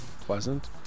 pleasant